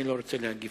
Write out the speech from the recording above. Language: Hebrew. אני לא רוצה להגיב.